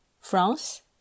France